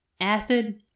Acid